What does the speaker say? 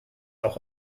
auch